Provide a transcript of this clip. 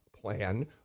plan